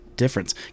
difference